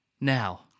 Now